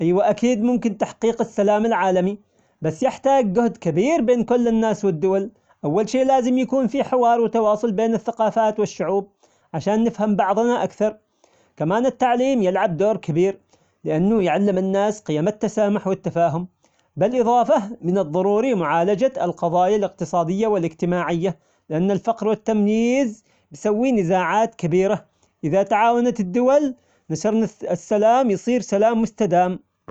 أيوه أكيد ممكن تحقيق السلام العالمي، بس يحتاج جهد كبير بين كل الناس والدول، أول شيء لازم يكون في حوار وتواصل بين الثقافات والشعوب، عشان نفهم بعضنا أكثر، كمان التعليم يلعب دور كبير لأنه يعلم الناس قيم التسامح والتفاهم، بالإضافة من الضروري معالجة القضايا الاقتصادية والاجتماعية، لأن الفقر والتمييز مسوين نزاعات كبيرة، إذا تعاونت الدول نشرنا الس- السلام يصير سلام مستدام.